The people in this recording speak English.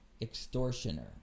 extortioner